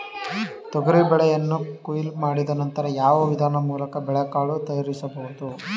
ತೊಗರಿ ಬೇಳೆಯನ್ನು ಕೊಯ್ಲು ಮಾಡಿದ ನಂತರ ಯಾವ ವಿಧಾನದ ಮೂಲಕ ಬೇಳೆಕಾಳು ತಯಾರಿಸಬಹುದು?